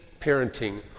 parenting